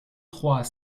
trois